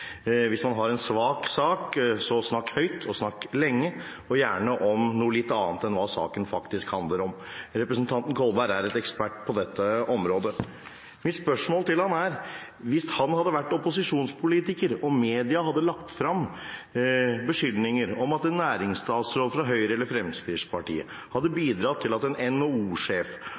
Hvis man har en svak sak, så snakk høyt, og snakk lenge – og gjerne om noe annet enn hva saken faktisk handler om. Representanten Kolberg er ekspert på dette området. Mitt spørsmål til ham er: Hvis han hadde vært opposisjonspolitiker og media hadde lagt frem beskyldninger om at en næringsstatsråd fra Høyre eller Fremskrittspartiet hadde bidratt til at en